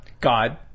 God